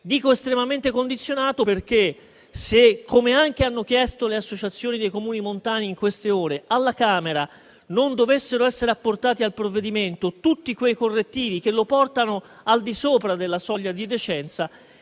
estremamente condizionato perché se, come anche hanno chiesto le associazioni dei Comuni montani in queste ore, alla Camera non dovessero essere apportati al provvedimento tutti i correttivi che lo porterebbero al di sopra della soglia di decenza,